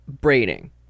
braiding